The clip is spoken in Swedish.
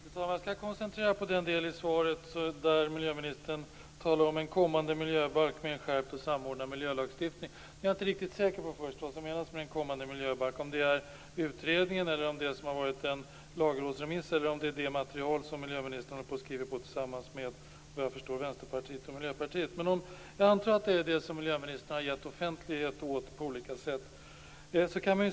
Fru talman! Jag skall koncentrera mig på den del av svaret där miljöministern talar om att den "kommande miljöbalken innebär en skärpt och samordnad miljölagstiftning". Jag är inte riktigt säker på vad som menas med "den kommande miljöbalken", om det är utredningen, det som har varit en lagrådsremiss eller det material som miljöministern håller på att skriva tillsammans med Vänsterpartiet och Miljöpartiet. Men jag antar att det är det som miljöministern har gett offentlighet åt på olika sätt.